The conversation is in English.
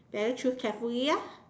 better choose carefully lah